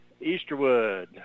Easterwood